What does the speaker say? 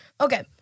Okay